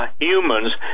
humans